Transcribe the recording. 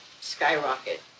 skyrocket